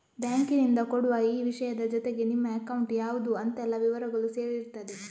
ಬ್ಯಾಂಕಿನಿಂದ ಕೊಡುವ ಈ ವಿಷಯದ ಜೊತೆಗೆ ನಿಮ್ಮ ಅಕೌಂಟ್ ಯಾವ್ದು ಅಂತೆಲ್ಲ ವಿವರಗಳೂ ಸೇರಿರ್ತದೆ